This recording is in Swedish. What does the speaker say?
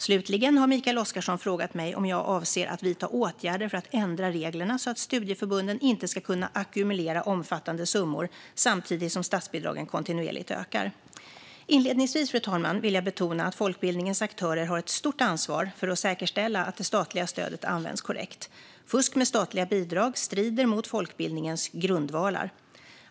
Slutligen har Mikael Oscarsson frågat mig om jag avser att vidta åtgärder för att ändra reglerna så att studieförbunden inte ska kunna ackumulera omfattande summor samtidigt som statsbidragen kontinuerligt ökar. Inledningsvis, fru talman, vill jag betona att folkbildningens aktörer har ett stort ansvar för att säkerställa att det statliga stödet används korrekt. Fusk med statliga bidrag strider mot folkbildningens grundvalar.